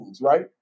right